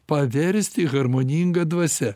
paversti harmoninga dvasia